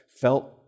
felt